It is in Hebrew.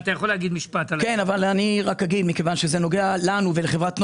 מכיוון שזה נוגע לנו ולחברת נגה,